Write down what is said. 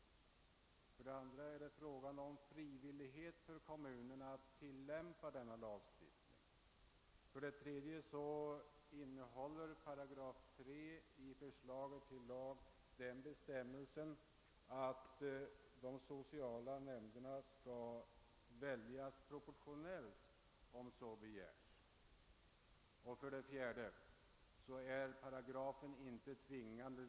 För det andra är det fråga om valfrihet för kommunerna att tillämpa denna lagstiftning. För det tredje innehåller 3 § i förslaget till lag den bestämmelsen, att de sociala nämnderna skall väljas proportionellt om så begärs. För det fjärde är paragrafen inte tvingande.